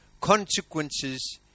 Consequences